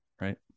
right